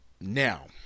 Now